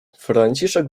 franciszek